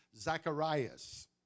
Zacharias